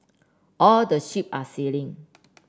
all the ship are sailing